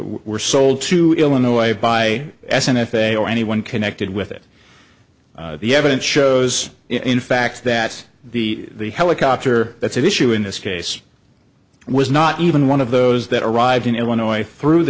were sold to illinois by s and f a a or anyone connected with it the evidence shows in fact that the helicopter that's an issue in this case was not even one of those that arrived in illinois through the